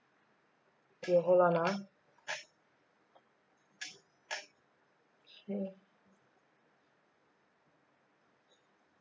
you hold on ah mm